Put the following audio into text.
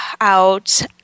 out